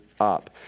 up